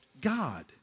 God